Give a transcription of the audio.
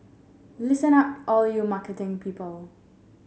listen up all you marketing people